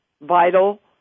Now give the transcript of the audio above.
Vital